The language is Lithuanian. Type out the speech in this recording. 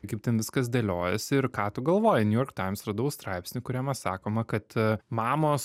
kaip ten viskas dėliojasi ir ką tu galvoji niujork taims radau straipsnį kuriame sakoma kad mamos